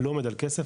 לא עומד על כסף,